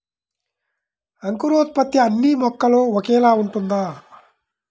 అంకురోత్పత్తి అన్నీ మొక్కలో ఒకేలా ఉంటుందా?